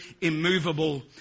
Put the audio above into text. immovable